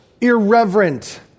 irreverent